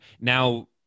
Now